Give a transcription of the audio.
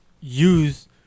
use